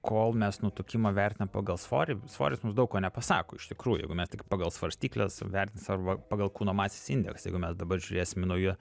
kol mes nutukimą vertinam pagal svorį svoris mums daug ko nepasako iš tikrųjų jeigu mes tik pagal svarstykles vertinsim arba pagal kūno masės indeksą jeigu mes dabar žiūrėsim į naują